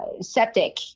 septic